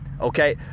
okay